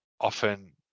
often